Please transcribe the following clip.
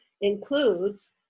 includes